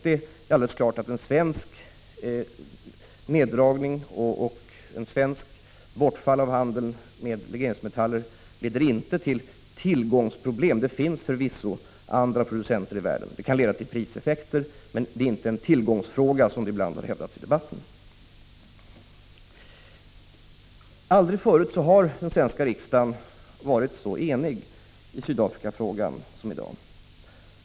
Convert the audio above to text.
Det är alldeles klart att en svensk neddragning av handeln med legeringsmetaller, eller ett bortfall av den, inte leder till tillgångsproblem. Det finns förvisso andra producenter i världen. Det kan leda till priseffekter, men det 31 är inte en tillgångsfråga, vilket ibland har hävdats i debatten. Aldrig förut har den svenska riksdagen varit så enig i Sydafrikafrågan som i dag.